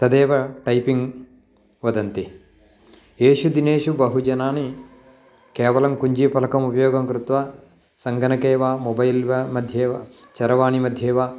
तदेव टैपिङ्ग् वदन्ति एषु दिनेषु बहुजनाः केवलं कुञ्जीफलकम् उपयोगं कृत्वा सङ्गणके वा मोबैल् वा मध्ये वा चरवाणि मध्ये वा